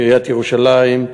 ועיריית ירושלים,